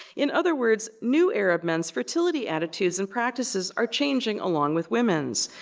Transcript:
in other words, new arab men's fertility attitudes and practices are changing along with women's,